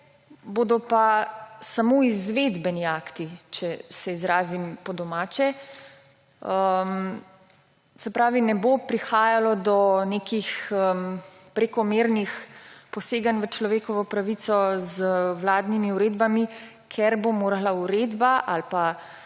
bodo pa samo izvedbeni akti, če se izrazim po domače. Se pravi, ne bo prihajalo do nekih prekomernih poseganj v človekovo pravico z vladnimi uredbami, ker bo morala uredba ali pa